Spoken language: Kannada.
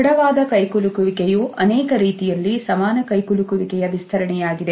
ದೃಢವಾದ ಕೈಕುಲುಕುವಿಕೆಯು ಅನೇಕ ರೀತಿಯಲ್ಲಿ ಸಮಾನ ಕೈಕುಲುಕುವಿಕೆಯ ವಿಸ್ತರಣೆಯಾಗಿದೆ